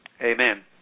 Amen